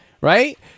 right